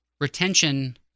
retention